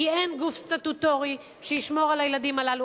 כי אין גוף סטטוטורי שישמור על הילדים האלה.